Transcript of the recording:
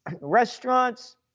Restaurants